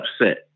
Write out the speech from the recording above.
upset